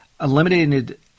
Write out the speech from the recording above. eliminated